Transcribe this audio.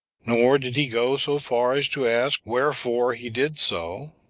nor did he go so far as to ask wherefore he did so.